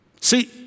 See